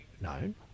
known